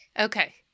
Okay